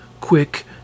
quick